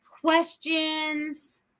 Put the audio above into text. questions